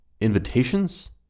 invitations